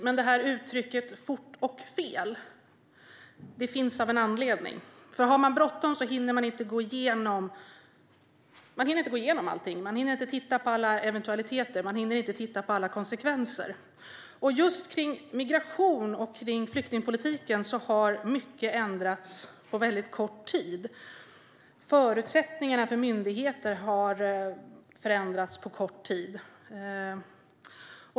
Men uttrycket fort men fel finns av en anledning. Har man bråttom hinner man inte gå igenom allting. Man hinner inte titta på alla eventualiteter och alla konsekvenser. Just när det gäller migration och flyktingpolitiken har mycket ändrats på väldigt kort tid. Förutsättningarna för myndigheter har förändrats på kort tid.